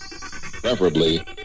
preferably